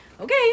Okay